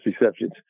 receptions